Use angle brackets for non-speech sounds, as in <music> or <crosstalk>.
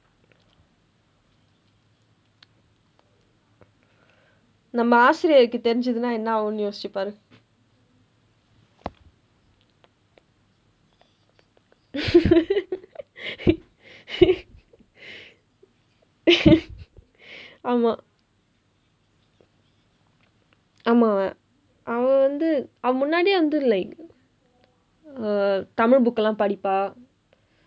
நம்ம ஆசிரியருக்கு தெரிந்தது என்றால் என்ன ஆகும் என்று நினைத்து பாரு:namma aasiriyarukku therindthathu enraal enna aakum enru ninaiththu paaru <laughs> ஆமா ஆமா அவ வந்து அவ முன்னாடியே வந்து:aamaa aamaa ava vandthu ava munnaadiyee vandthu like err Tamil book எல்லாம் படிப்பா:ellaam padippaa